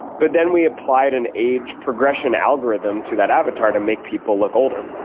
but then we applied an age progression algorithm to that avatar to make people look older.